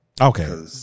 Okay